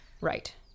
Right